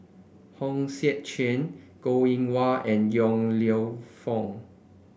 Hong Sek Chern Goh Eng Wah and Yong Lew Foong